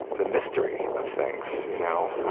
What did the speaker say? the mystery of things. you know